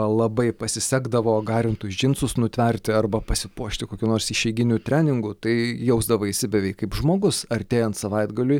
labai pasisekdavo garintus džinsus nutverti arba pasipuošti kokiu nors išeiginiu treningu tai jausdavaisi beveik kaip žmogus artėjant savaitgaliui